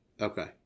Okay